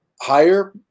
higher